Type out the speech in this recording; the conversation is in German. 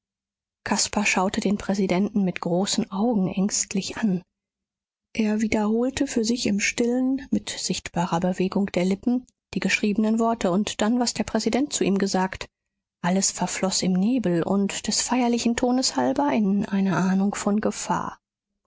caspar schaute den präsidenten mit großen augen ängstlich an er wiederholte für sich im stillen mit sichtbarer bewegung der lippen die geschriebenen worte und dann was der präsident zu ihm gesagt alles verfloß im nebel und des feierlichen tones halber in eine ahnung von gefahr